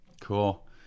Cool